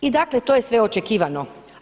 I dakle to je sve očekivano.